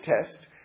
test